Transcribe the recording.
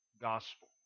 gospel